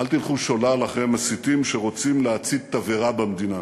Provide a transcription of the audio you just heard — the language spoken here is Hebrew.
אל תלכו שולל אחרי המסיתים שרוצים להצית תבערה במדינה.